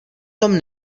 tom